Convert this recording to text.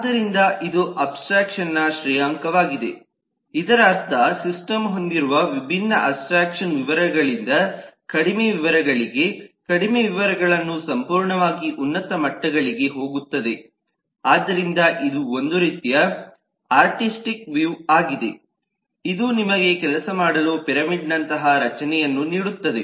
ಆದ್ದರಿಂದ ಇದು ಅಬ್ಸ್ಟ್ರಾಕ್ಷನ್ನ ಶ್ರೇಯಾಂಕವಾಗಿದೆ ಇದರರ್ಥ ಸಿಸ್ಟಮ್ ಹೊಂದಿರುವ ವಿಭಿನ್ನ ಅಬ್ಸ್ಟ್ರಾಕ್ಷನ್ ವಿವರಗಳಿಂದ ಕಡಿಮೆ ವಿವರಗಳಿಗೆ ಕಡಿಮೆ ವಿವರಗಳನ್ನು ಸಂಪೂರ್ಣವಾಗಿ ಉನ್ನತ ಮಟ್ಟಗಳಿಗೆ ಹೋಗುತ್ತದೆ ಆದ್ದರಿಂದ ಇದು ಒಂದು ರೀತಿಯ ಆರ್ಟಿಸ್ಟಿಕ್ ವ್ಯೂ ಆಗಿದೆ ಇದು ನಿಮಗೆ ಕೆಲಸ ಮಾಡಲು ಪಿರಮಿಡ್ನಂತಹ ರಚನೆಯನ್ನು ನೀಡುತ್ತದೆ